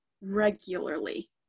regularly